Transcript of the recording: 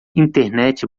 internet